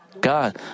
God